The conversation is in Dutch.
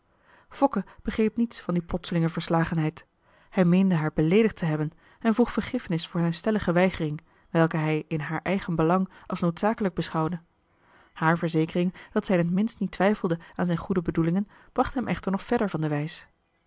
fokke begreep niets van die plotselinge verslagenheid hij meende haar beleedigd te hebben en vroeg vergiffenis voor zijn stellige weigering welke hij in haar eigen belang als noodzakelijk beschouwde haar verzekering marcellus emants een drietal novellen dat zij in het minst niet twijfelde aan zijn goede bedoelingen bracht hem echter nog verder van de wijs